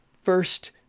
first